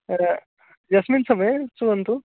र यस्मिन् समये श्रुण्वन्तु